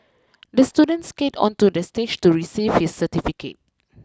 the student skated onto the stage to receive his certificate